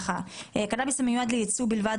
"קנאביס המיועד לייצוא בלבד,